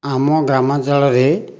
ଆମ ଗ୍ରାମାଞ୍ଚଳରେ